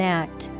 act